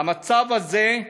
המצב הזה,